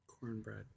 Cornbread